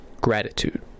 gratitude